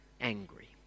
angry